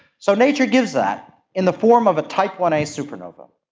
so nature gives that in the form of a type one a supernova.